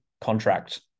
contract